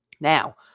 Now